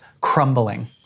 crumbling